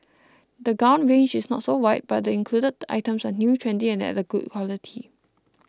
the gown range is not so wide but the included items are new trendy and at good quality